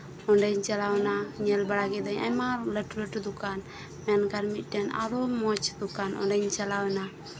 ᱚᱸᱰᱮᱧ ᱪᱟᱞᱟᱣ ᱮᱱᱟ ᱧᱮᱞ ᱵᱟᱲᱟ ᱠᱮᱫᱟᱹᱧ ᱟᱭᱢᱟ ᱞᱟᱹᱴᱩ ᱞᱟᱹᱴᱩ ᱫᱚᱠᱟᱱ ᱢᱮᱱᱠᱷᱟᱱ ᱢᱤᱫᱴᱮᱱ ᱟᱨᱦᱚᱸ ᱢᱚᱸᱡᱽ ᱫᱚᱠᱟᱱ ᱚᱸᱰᱮᱧ ᱪᱟᱞᱟᱣ ᱮᱱᱟ